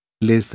Les